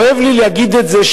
כואב לי להגיד את זה,